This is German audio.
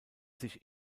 sich